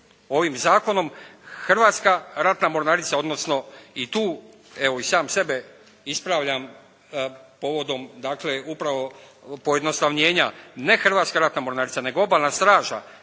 ovim Zakonom Hrvatska ratna mornarica, odnosno i tu evo i sam sebe ispravljam povodom dakle upravo pojednostavljenja ne Hrvatska ratna mornarica, nego Obalna straža